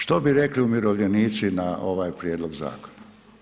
Što bi rekli umirovljenici na ovaj prijedlog zakona.